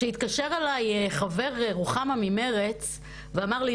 כשהתקשר אליי חבר רוחמה ממרצ ואמר לי,